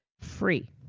free